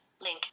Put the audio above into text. link